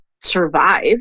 survive